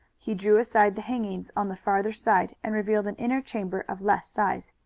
he drew aside the hangings on the farther side and revealed an inner chamber of less size.